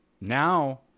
now